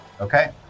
Okay